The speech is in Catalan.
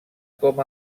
com